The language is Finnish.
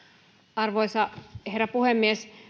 arvoisa herra puhemies